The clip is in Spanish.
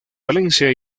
valencia